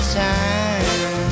time